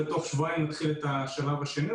ובתוך שבועיים נתחיל את השלב השני.